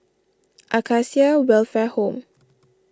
Acacia Welfare Home